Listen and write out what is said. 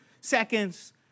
seconds